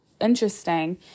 interesting